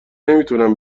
نمیتونم